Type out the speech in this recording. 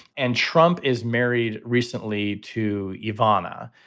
and trump is married recently to ivana.